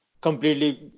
completely